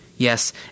Yes